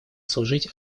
служить